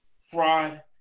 fraud